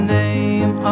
name